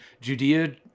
Judea